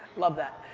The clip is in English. love that.